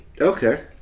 Okay